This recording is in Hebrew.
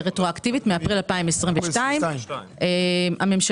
זה רטרואקטיבית מאפריל 2022. הממשלה